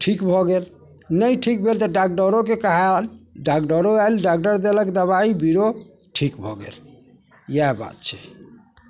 ठीक भऽ गेल नहि ठीक भेल तऽ डाक्टरोके कहाम डाक्टरो आयल डॉक्टर देलक दबाइ बीरो ठीक भऽ गेल इएह बात छै